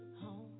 home